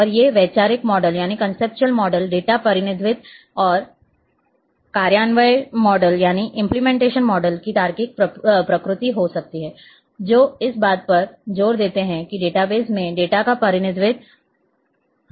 और ये वैचारिक मॉडल डेटा प्रतिनिधित्व या कार्यान्वयन मॉडल की तार्किक प्रकृति हो सकते हैं जो इस बात पर जोर देते हैं कि डेटाबेस में डेटा का प्रतिनिधित्व कैसे किया जाता है